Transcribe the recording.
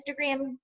Instagram